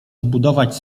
zbudować